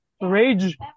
rage